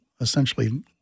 essentially